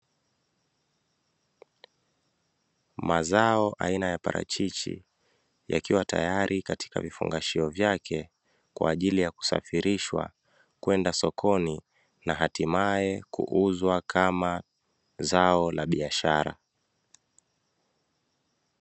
Mazao ya maparachichi yakiwa tayari kwenye vifungashio vyake, kwa ajili ya kusafirishwa kwenda sokoni na hatimaye kuuzwa kama zao la biashara.